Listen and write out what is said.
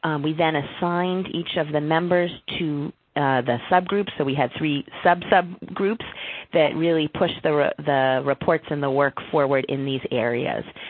um we then assigned each of the members to the subgroup. so, we had three sub-sub groups that really pushed the the report and the work forward in these areas.